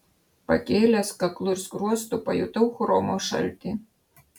pakėlęs kaklu ir skruostu pajutau chromo šaltį